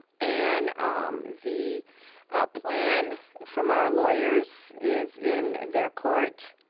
and um the plan from our lawyers is in their court,